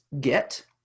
get